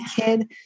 kid